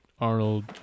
Arnold